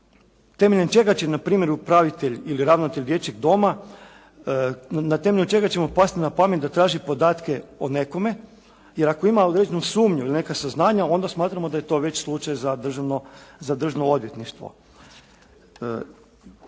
temeljem čega će na primjer upravitelj ili ravnatelj dječjeg doma, na temelju čega će nam pasti na pamet da traži podatke o nekome? Jer ako ima određenu sumnju ili neka saznanja, onda smatramo da je to već slučaj za državno odvjetništvo.